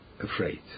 afraid